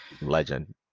Legend